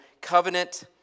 covenant